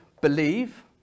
believe